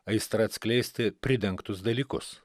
aistra atskleisti pridengtus dalykus